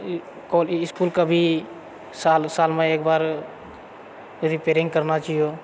इसकुलके भी साल दू सालमे एकबार रिपेयरिङ्ग करना चहिए